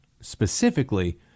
specifically